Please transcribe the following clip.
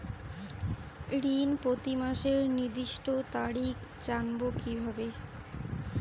ঋণ প্রতিমাসের নির্দিষ্ট তারিখ জানবো কিভাবে?